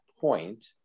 point